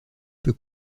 peut